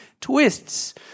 twists